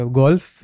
golf